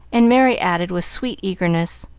and merry added, with sweet eagerness,